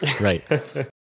Right